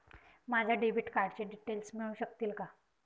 माझ्या डेबिट कार्डचे डिटेल्स मिळू शकतील का?